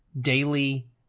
daily